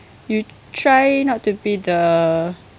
you try not to be the